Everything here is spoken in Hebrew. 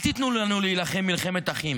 אל תיתנו לנו להילחם מלחמת אחים.